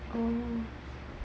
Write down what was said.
oh